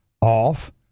off